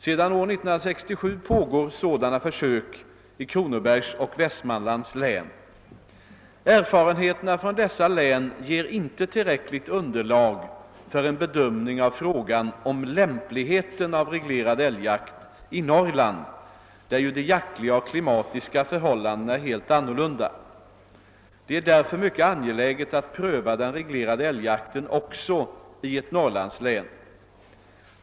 Sedan år 1967 pågår sådana försök i Kronobergs och Västmanlands län. Erfarenheterna från dessa län ger inte tillräckligt underlag för en bedömning av frågan om lämpligheten av reglerad älgjakt i Norrland där ju de jaktliga och klimatiska förhållandena är helt annorlunda. Det är därför mycket angeläget att pröva den reglerade älgjakten också i ett Norrlandslän.